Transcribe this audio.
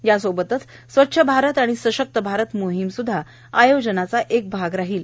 या सोबतच स्वच्छ भारत आणि सशक्त भारत मोहिम सुदधा या आयोजनाचा एक भाग आहे